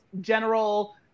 general